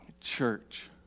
church